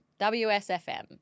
WSFM